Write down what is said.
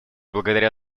благодаря